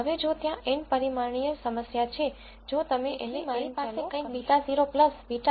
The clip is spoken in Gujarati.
હવે જો ત્યાં n પરિમાણીય સમસ્યા છે જો તમે એને n ચલો કહી શકો